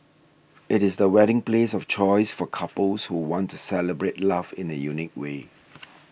it is the wedding place of choice for couples who want to celebrate love in a unique way